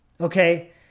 Okay